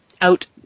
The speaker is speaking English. out